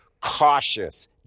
cautious